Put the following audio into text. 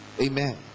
Amen